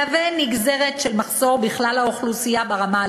מהווה נגזרת של מחסור בכלל האוכלוסייה ברמה הלאומית.